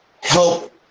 help